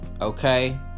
okay